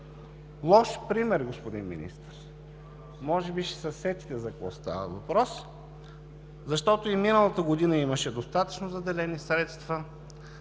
лош пример, господин Министър. Може би ще се сетите за какво става въпрос, защото и миналата година имаше достатъчно заделени средства,